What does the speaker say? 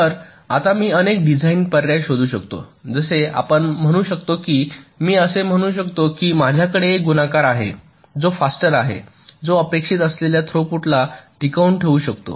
तर आता मी अनेक डिझाइन पर्याय शोधू शकतो जसे आपण म्हणू शकतो की मी असे म्हणू शकतो की माझ्याकडे एक गुणाकार आहे जो फास्टर आहे जो अपेक्षित असलेल्या थ्रूपूटला टिकवून ठेवू शकतो